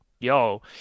Yo